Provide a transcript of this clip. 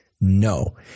no